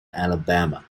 alabama